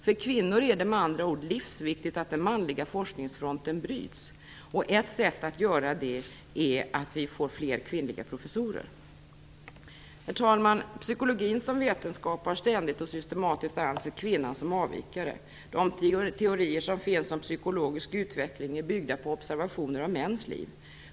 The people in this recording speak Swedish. För kvinnor är det med andra ord livsviktigt att den manliga forskningsfronten bryts. Ett sätt att göra det är att vi får fler kvinnliga professorer. Herr talman! Psykologin som vetenskap har ständigt och systematiskt ansett kvinnan som en avvikare. De teorier som finns om psykologisk utveckling är byggda på observationer av mäns liv.